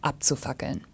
abzufackeln